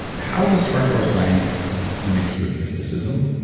how does hardcore science mix with mysticism?